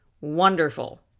wonderful